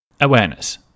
Awareness